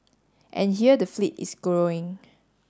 and here the fleet is growing